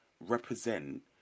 represent